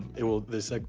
it will, the segue,